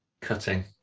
Cutting